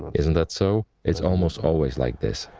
isn't it? so it's almost always like this.